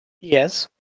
Yes